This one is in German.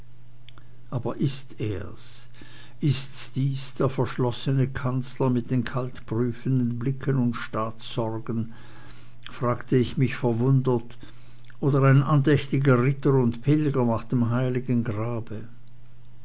aber ist er's ist dies der verschlossene kanzler mit den kalt prüfenden blicken und den staatssorgen fragte ich mich verwundert oder ein andächtiger ritter und pilger nach dem heiligen grale